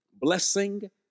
blessing